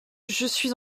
suis